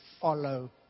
Follow